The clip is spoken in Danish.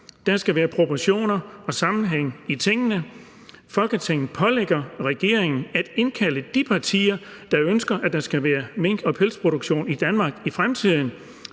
Der skal være proportioner og sammenhæng i tingene. Folketinget pålægger regeringen at indkalde de partier, der ønsker, at der skal være mink- og pelsproduktion i Danmark i fremtiden,